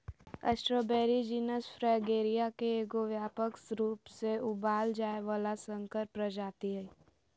strawberry genus Fragaria के एगो व्यापक रूप से उगाल जाय वला संकर प्रजाति हइ